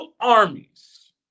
armies